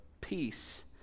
peace